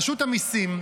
רשות המיסים,